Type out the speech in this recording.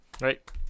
Right